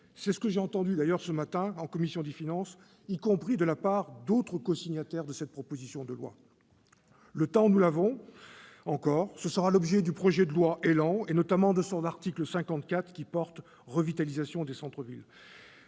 ce que j'ai entendu ce matin en commission des finances, y compris de la part d'autres cosignataires de cette proposition de loi. Le temps, nous l'avons encore. Ce sera l'objet du projet de loi ÉLAN, notamment de son article 54 portant revitalisation des centres-villes.